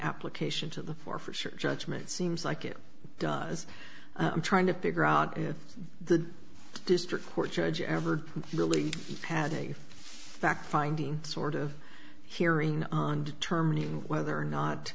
application to the fore for sure judgment seems like it does i'm trying to figure out if the district court judge ever really had a fact finding sort of hearing on determining whether or not